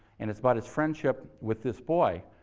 and it's about his friendship with this boy,